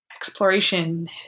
exploration